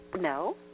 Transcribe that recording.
No